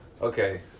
Okay